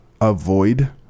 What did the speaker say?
avoid